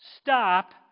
Stop